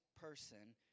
person